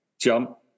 jump